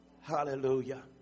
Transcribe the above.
Hallelujah